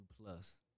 plus